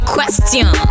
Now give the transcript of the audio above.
Question